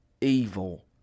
evil